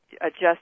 adjust